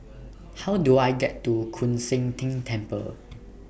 How Do I get to Koon Seng Ting Temple